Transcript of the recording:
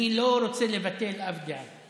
אני לא רוצה לבטל אף גל,